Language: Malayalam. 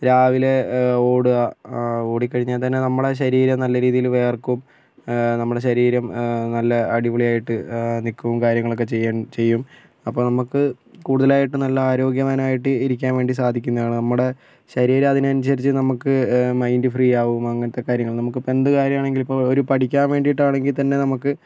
രാവിലെ ഓടുക ആ ഓടിക്കഴിഞ്ഞാൽ തന്നെ നമ്മളുടെ ശരീരം നല്ല രീതിയിൽ വിയർക്കും നമ്മളുടെ ശരീരം നല്ല അടിപൊളിയായിട്ട് നിൽക്കും കാര്യങ്ങളൊക്കെ ചെയ്യുക ചെയ്യും അപ്പം നമുക്ക് കൂടുതലായിട്ട് നല്ല ആരോഗ്യവാനായിട്ട് ഇരിക്കാൻ വേണ്ടി സാധിക്കുന്നതാണ് നമ്മുടെ ശരീരം അതിനനുസരിച്ച് നമുക്ക് മൈൻറ് ഫ്രീ ആകും അങ്ങനത്തെ കാര്യങ്ങൾ നമ്മൾക്കിപ്പോൾ എന്ത് കാര്യമാണെങ്കിലും ഇപ്പോൾ ഒരു പഠിക്കാൻ വേണ്ടിയിട്ടാണെങ്കിൽത്തന്നെ നമുക്ക്